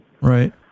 Right